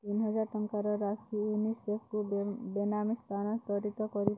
ତିନିହଜାର ଟଙ୍କାର ରାଶି ୟୁନିସେଫ୍କୁ ବେ ବେନାମୀ ସ୍ଥାନାନ୍ତରିତ କର